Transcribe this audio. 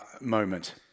moment